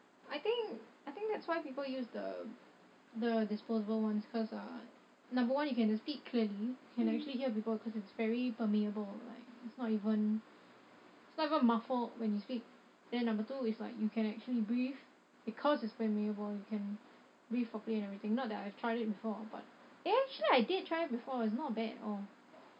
I think I think that's why people use the the disposable ones cause ah number one you can speak clearly can actually hear people cause it's very permeable like it's not even it's not even muffled when you speak then number two is like you can actually breathe because it's permeable you can breathe properly and everything not that I've tried it before but eh actually I did try before it's not bad at all